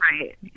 Right